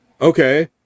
okay